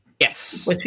Yes